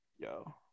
Yo